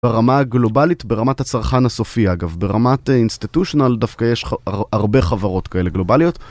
ברמה הגלובלית, ברמת הצרכן הסופי אגב, ברמת institutional דווקא יש הרבה חברות כאלה גלובליות.